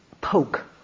poke